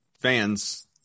fans